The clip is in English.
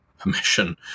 permission